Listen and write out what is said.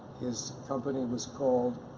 his company was called